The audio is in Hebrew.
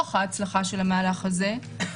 לנוכח ההצלחה של המהלך הזה,